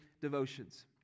devotions